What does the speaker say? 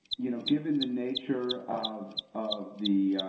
you know, given the nature of of the.